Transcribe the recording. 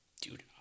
dude